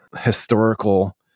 historical